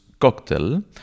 cocktail